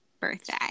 birthday